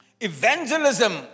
evangelism